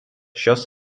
šios